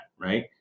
right